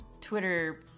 Twitter